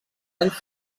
anys